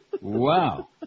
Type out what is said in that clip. Wow